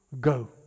Go